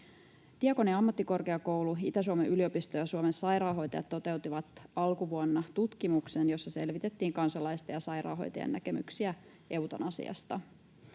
Diakonia-ammattikorkeakoulu, Itä-Suomen yliopisto ja Suomen Sairaanhoitajat toteuttivat alkuvuonna tutkimuksen, jossa selvitettiin kansalaisten ja sairaanhoitajien näkemyksiä eutanasiasta.